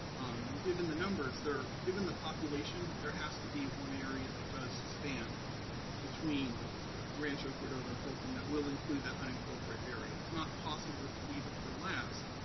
and given the numbers there, given the population there has to be one area that does span between rancho cordova and folsom that will include that unincorporated area. it's not possible to leave it for last,